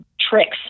tricks